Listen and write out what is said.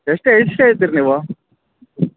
ಎಷ್ಟು ಎಷ್ಟು ಹೇಳ್ತೀರಿ ನೀವು